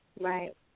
Right